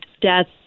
deaths